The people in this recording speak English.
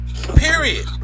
Period